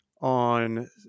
On